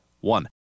one